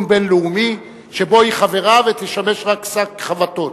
בין-לאומי שבו היא חברה והיא תשמש רק שק חבטות.